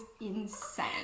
insane